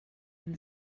den